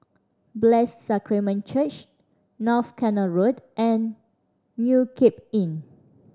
Blessed Sacrament Church North Canal Road and New Cape Inn